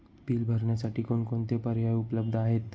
Bill भरण्यासाठी कोणकोणते पर्याय उपलब्ध आहेत?